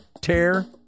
Tear